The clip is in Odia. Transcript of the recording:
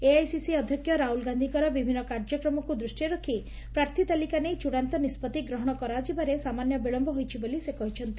ଏଆଇସିସି ଅଧ୍ଧକ୍ଷ ରାହୁଳ ଗାଧୀଙ୍କର ବିଭିନ୍ନ କାର୍ଯ୍ୟକ୍ରମକୁ ଦୂଷିରେ ରଖ୍ ପ୍ରାର୍ଥୀ ତାଲିକା ନେଇ ଚୂଡାନ୍ତ ନିଷ୍ବଉି ଗ୍ରହଣ କରାଯିବାରେ ସାମାନ୍ୟ ବିଳମ୍ୟ ହୋଇଛି ବୋଲି ସେ କହିଛନ୍ତି